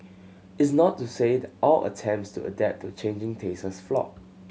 it's not to say the all attempts to adapt to changing tastes flopped